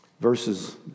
verses